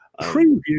preview